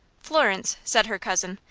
florence, said her cousin,